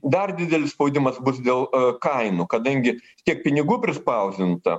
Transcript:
dar didelis spaudimas bus dėl kainų kadangi tiek pinigų prispausdinta